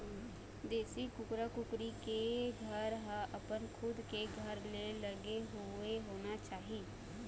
देशी कुकरा कुकरी के घर ह अपन खुद के घर ले लगे हुए होना चाही